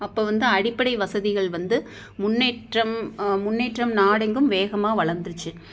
அப்போ வந்து அடிப்படை வசதிகள் வந்து முன்னேற்றம் முன்னேற்றம் நாடு எங்கும் வேகமாக வளர்ந்துடுச்சு